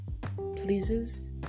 pleases